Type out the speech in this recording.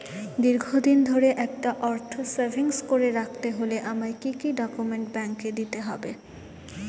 দীর্ঘদিন ধরে একটা অর্থ সেভিংস করে রাখতে হলে আমায় কি কি ডক্যুমেন্ট ব্যাংকে দিতে হবে?